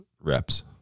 reps